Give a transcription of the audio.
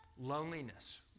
loneliness